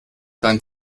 dein